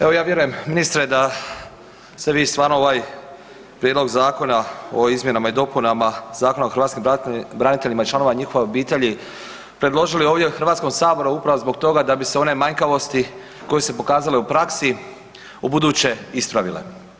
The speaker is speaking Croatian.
Evo ja vjerujem ministre da ste vi stvarno ovaj prijedlog zakona o izmjenama i dopunama Zakona o hrvatskim braniteljima i članovima njihove obitelji predložili ovdje u Hrvatskom saboru upravo zbog toga da bi se one manjkavosti koje su se pokazale u praksi u buduće ispravile.